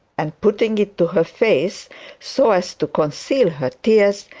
and putting it to her face so as to conceal her tears,